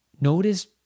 notice